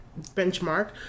benchmark